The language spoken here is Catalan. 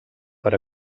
per